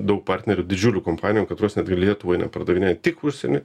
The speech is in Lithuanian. daug partnerių didžiulių kompanijų katros netgi lietuvoj nepardavinėja tik užsieny